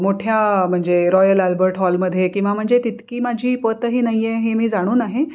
मोठ्या म्हणजे royal Albert हॉलमध्ये किंवा म्हणजे तितकी माझी पतही नाही आहे हे मी जाणून आहे